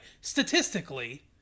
Statistically